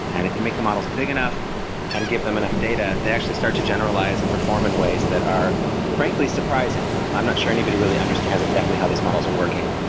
and it can make the models big enough and give them enough data. they actually start to generalize and perform in ways that are frankly surprising. i'm not sure anybody really understands exactly how these models are working,